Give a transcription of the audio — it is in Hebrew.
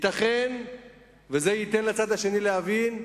ייתכן שזה ייתן לצד השני להבין שהנה,